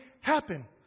happen